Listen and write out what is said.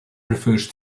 refers